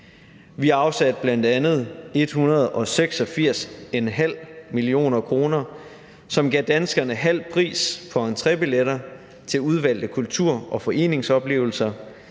Vi afsatte bl.a. 186,5 mio. kr., som gav danskerne halv pris for entrébilletter til udvalgte kultur- og foreningsoplevelser,